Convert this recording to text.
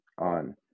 on